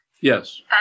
Yes